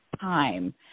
time